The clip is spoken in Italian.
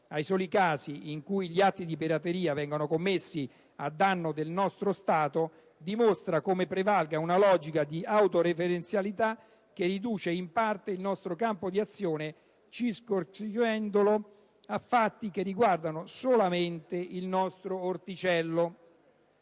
ai soli casi in cui gli atti di pirateria vengano commessi a danno del nostro Stato, dimostra come prevalga una logica di autoreferenzialità che riduce in parte il nostro campo di azione, circoscrivendolo a fatti che riguardano soltanto il nostro "orticello".